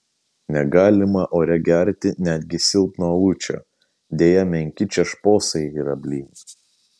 negalima ore gerti netgi silpno alučio deja menki čia šposai yra blyn